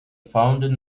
founding